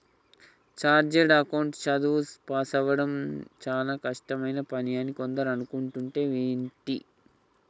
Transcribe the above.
chartered account చదువు పాసవ్వడం చానా కష్టమైన పని అని కొందరు అనుకుంటంటే వింటి